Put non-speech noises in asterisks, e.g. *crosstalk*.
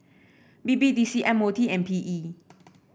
B B D C M O T and P E *noise*